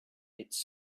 its